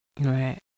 Right